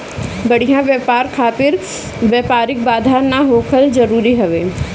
बढ़िया व्यापार खातिर व्यापारिक बाधा ना होखल जरुरी हवे